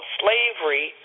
slavery